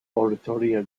oratoria